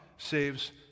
saves